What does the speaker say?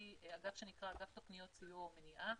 אגף שנקרא אגף תוכניות סיוע ומניעה,